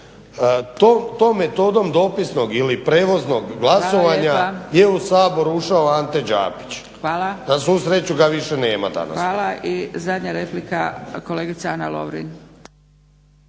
tom metodom dopisnog ili prijevoznog glasovanja jel u Sabor ušao Ante Đapić. Na svu sreću ga više nema danas. **Zgrebec, Dragica (SDP)** Hvala. I zadnja replika, kolegica Ana Lovrin.